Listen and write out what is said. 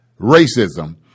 racism